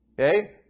Okay